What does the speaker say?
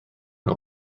nhw